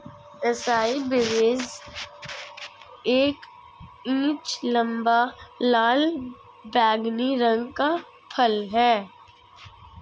acai berries एक inch लंबा, लाल बैंगनी रंग का फल है